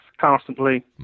constantly